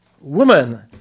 Woman